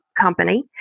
company